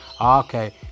Okay